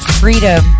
freedom